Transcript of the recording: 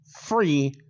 free